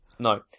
No